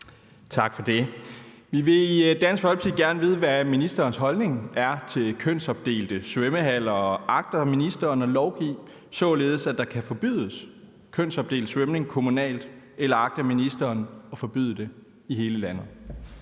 Tak for det. Vi vil i Dansk Folkeparti gerne spørge: Hvad er ministerens holdning til kønsopdelte kommunale svømmehaller, og agter ministeren at lovgive, således at det kan forbydes kommunalt, eller agter ministeren helt at forbyde det for hele landet?